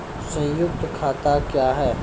संयुक्त खाता क्या हैं?